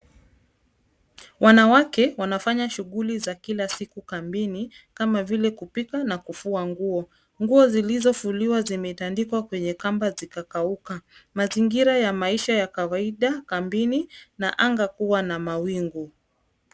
Wanawake wanafanya shughuli za kila siku kambini, kama vile kupika na kufua nguo. Nguo zilizofuliwa zimetandikwa kwenye kamba zikakauka. Mazingira ya maisha ya kawaida kambini, na anga kuwa na mawingu.